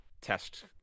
test